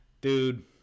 Dude